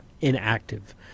inactive